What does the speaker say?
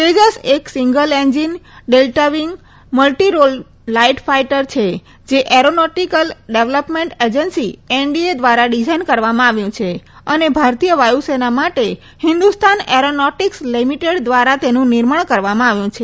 તેજસ એક single engine delta wing multi role light fighter aeronautical development agency NDA ધ્વારા design કરવામાં આવ્યું છે અને ભારતીય વાયુસેના માટે હિન્દુસ્તાન એરોનો ટીકસ લીમીટેડ ધ્વારા તેનું નિર્માણ કરવામાં આવ્યું છે